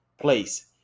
place